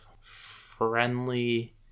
friendly